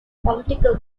political